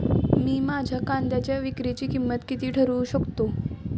मी माझ्या कांद्यांच्या विक्रीची किंमत किती ठरवू शकतो?